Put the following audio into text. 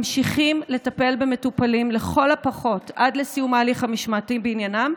ממשיכים לטפל במטופלים לכל הפחות עד לסיום ההליך המשמעתי בעניינם,